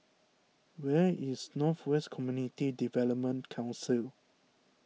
where is North West Community Development Council